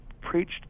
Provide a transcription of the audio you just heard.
preached